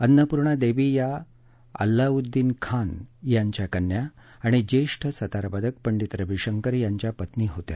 अन्नपूर्णादेवी या अल्लाउद्दीन खान यांच्या कन्या आणि ज्येष्ठ सतारवादक पंडित रविशंकर यांच्या पत्नी होत्या